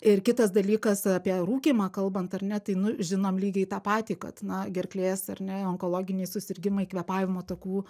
ir kitas dalykas apie rūkymą kalbant ar ne tai nu žinom lygiai tą patį kad na gerklės ar ne onkologiniai susirgimai kvėpavimo takų